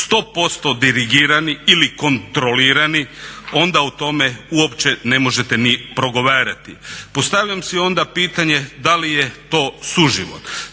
100% dirigirani ili kontrolirani onda o tome uopće ne možete ni progovarati. Postavljam si onda pitanje da li je to suživot.